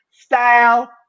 style